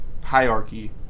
hierarchy